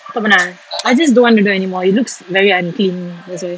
tak pernah eh I just don't want to do anymore it looks very unclean that's why